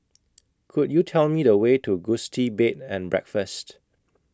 Could YOU Tell Me The Way to Gusti Bed and Breakfast